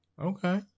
Okay